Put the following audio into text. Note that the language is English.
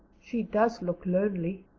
she does look lonely,